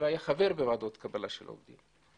והיה חבר בוועדות קבלה של עובדים.